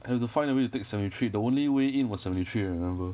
I have to find a way to take seventy three the only way in was seventy three remember